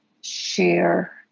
share